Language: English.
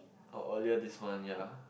oh earlier this month ya